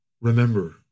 Remember